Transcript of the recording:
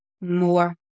more